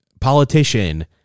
politician